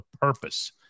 purpose